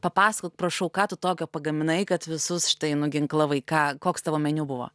papasakok prašau ką tu tokio pagaminai kad visus štai nuginklavai ką koks tavo meniu buvo